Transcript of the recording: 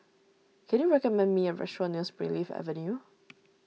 can you recommend me a restaurant near Springleaf Avenue